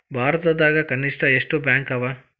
ಭಾರತದಾಗ ಕನಿಷ್ಠ ಎಷ್ಟ್ ಬ್ಯಾಂಕ್ ಅವ?